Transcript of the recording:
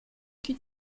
cul